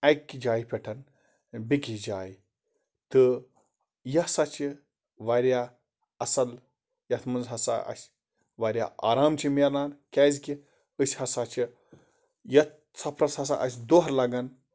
اَکہِ جایہِ پٮ۪ٹھ بیٚیہِ کِس جایہِ تہٕ یہِ ہسا چھِ واریاہ اَصٕل یَتھ منٛز ہسا واریاہ آرام چھُ مِلان کیازِ کہِ أسۍ ہسا چھِ یَتھ سَفرَس ہسا اَسہِ دۄہ لَگان